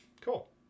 Cool